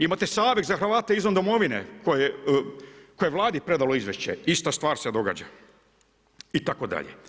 Imate Savjet za Hrvate izvan Domovine koje je Vladi predalo izvješće, ista stvar se događa itd.